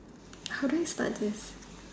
how do you start this